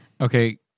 Okay